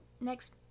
next